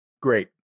Great